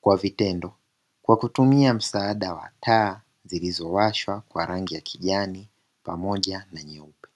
kwa vitendo, kwa kutumia msaada wa taa zilizowashwa kwa rangi ya kijani pamoja na nyeupe.